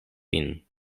vin